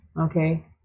Okay